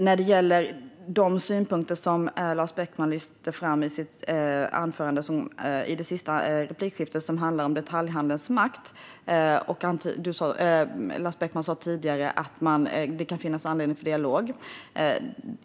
Vad gäller de synpunkter som Lars Beckman lyfte fram i sitt sista anförande och som handlar om detaljhandelns makt delar jag hans bild av att det kan finnas anledning till dialog.